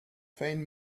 faint